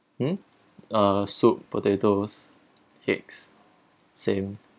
hmm uh soup potatoes eggs same